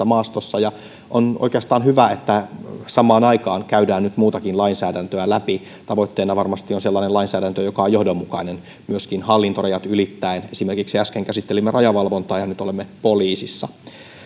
maastossa ja on oikeastaan hyvä että samaan aikaan käydään nyt muutakin lainsäädäntöä läpi tavoitteena varmasti on sellainen lainsäädäntö joka on johdonmukainen myöskin hallintorajat ylittäen esimerkiksi äsken käsittelimme rajavalvontaa ja nyt olemme poliisissa